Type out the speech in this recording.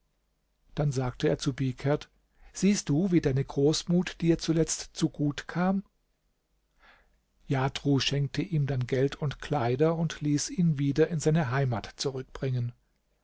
dann sagte er zu bihkerd siehst du wie deine großmut dir zuletzt zu gut kam jatru schenkte ihm dann geld und kleider und ließ ihn wieder in seine heimat zurückbringen